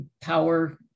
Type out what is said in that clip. power